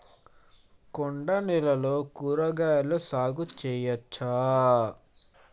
కొండ నేలల్లో కూరగాయల సాగు చేయచ్చా?